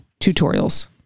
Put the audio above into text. tutorials